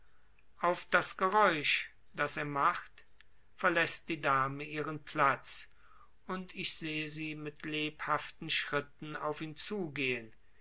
auf das geräusch das er macht verläßt die dame ihren platz und ich sehe sie mit lebhaften schritten auf ihn zugehen